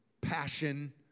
passion